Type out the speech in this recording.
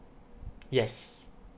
yes